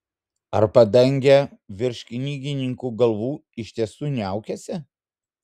ar padangė virš knygininkų galvų iš tiesų niaukiasi